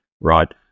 Right